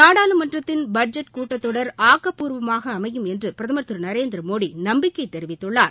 நாடாளுமன்றத்தின் பட்ஜெட் கூட்டத் தொடர் ஆக்கப்பூர்வமாக அமையும் என்று பிரதமர் திரு நரேந்திர மோடி நம்பிக்கை தெரிவித்துள்ளார்